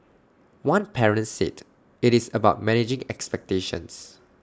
one parent said IT is about managing expectations